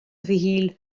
mhichíl